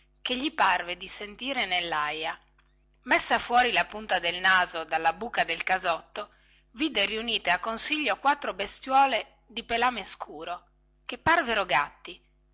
che gli parve di sentire nellaia messa fuori la punta del naso dalla buca del casotto vide riunite a consiglio quattro bestiuole di pelame scuro che parevano gatti